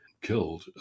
killed